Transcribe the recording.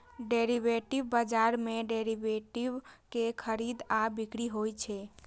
derivative बाजार मे derivative के खरीद आ बिक्री होइ छै